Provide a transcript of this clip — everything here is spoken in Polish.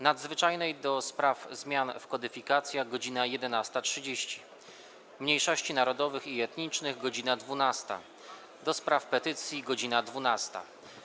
Nadzwyczajnej do spraw zmian w kodyfikacjach - godz. 11.30, - Mniejszości Narodowych i Etnicznych - godz. 12, - do Spraw Petycji - godz. 12.